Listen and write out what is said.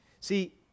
see